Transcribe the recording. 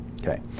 Okay